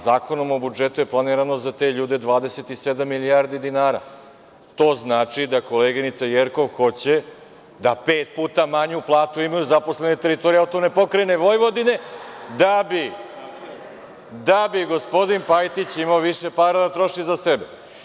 Zakonom o budžetu je planirano za te ljude 27 milijardi dinara, to znači da koleginica Jerkov hoće da pet puta manju platu imaju zaposleni na teritoriji AP Vojvodine, da bi gospodin Pajtić imao više para da troši za sebe.